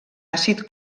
àcid